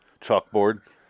chalkboard